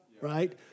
right